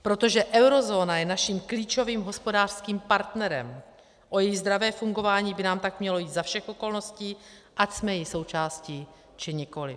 Protože eurozóna je naším klíčovým hospodářským partnerem, o její zdravé fungování by nám tak mělo jít za všech okolností, ať jsme její součástí či nikoliv.